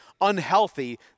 unhealthy